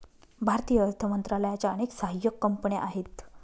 भारतीय अर्थ मंत्रालयाच्या अनेक सहाय्यक कंपन्या आहेत